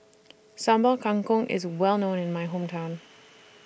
Sambal Kangkong IS Well known in My Hometown